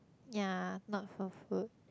ya not for food